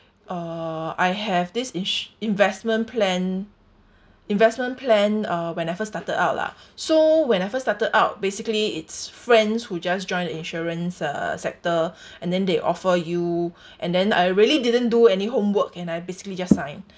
uh I have this ins~ investment plan investment plan uh when I first started out lah so when I first started out basically it's friends who just joined the insurance uh sector and then they offer you and then I really didn't do any homework and I basically just sign